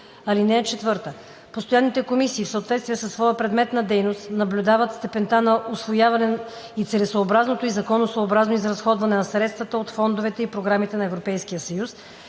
целите. (4) Постоянните комисии, в съответствие със своя предмет на дейност, наблюдават степента на усвояване и целесъобразното и законосъобразното изразходване на средства от фондовете и програмите на Европейския съюз,